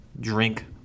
drink